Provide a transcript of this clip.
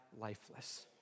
lifeless